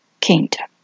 kingdom